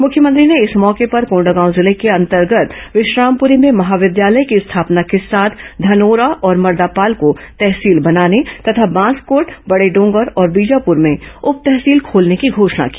मुख्यमंत्री ने इस मौके पर कोंडागांव जिले के अंतर्गत विश्रामपुरी में महाविद्यालय की स्थापना के साथ धनोरा और मर्दापाल को तहसील बनाने तथा बांसकोट बड़ेडोंगर और बीजापुर में उप तहसील खोलने की घोषणा की